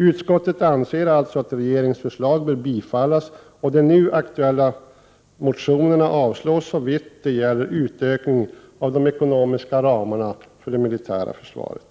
Utskottet anser alltså att regeringens förslag bör bifallas och de nu aktuella motionerna avslås såvitt de gäller utökning av de ekonomiska ramarna för det militära försvaret.